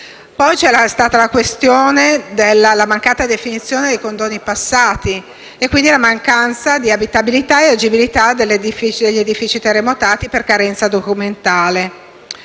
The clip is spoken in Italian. ricostruzione è la mancata definizione dei condoni passati - e quindi la mancanza di abitabilità e agibilità dell'edificio terremotato per carenza documentale